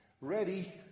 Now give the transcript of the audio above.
ready